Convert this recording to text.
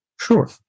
Sure